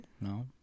No